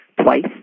twice